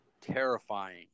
Terrifying